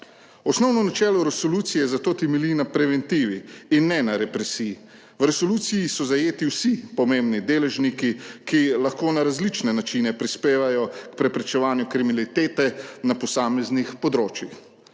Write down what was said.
Osnovno načelo resolucije zato temelji na preventivi in ne na represiji. V resoluciji so zajeti vsi pomembni deležniki, ki lahko na različne načine prispevajo k preprečevanju kriminalitete na posameznih področjih.